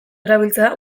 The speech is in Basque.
erabiltzea